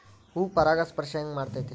ಹೂ ಪರಾಗಸ್ಪರ್ಶ ಹೆಂಗ್ ಮಾಡ್ತೆತಿ?